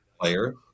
player